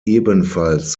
ebenfalls